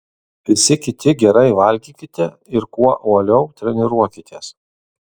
visi kiti gerai valgykite ir kuo uoliau treniruokitės